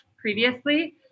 previously